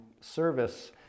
service